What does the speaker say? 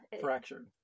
Fractured